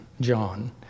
John